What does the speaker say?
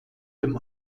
dem